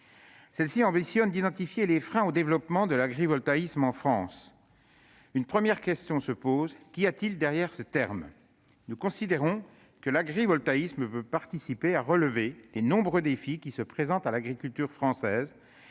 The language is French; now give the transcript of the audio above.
Notre ambition est d'identifier les freins au développement de l'agrivoltaïsme en France. Une première question se pose : qu'y a-t-il derrière ce terme ? Nous considérons que l'agrivoltaïsme peut participer à relever les nombreux défis qui se présentent à l'agriculture française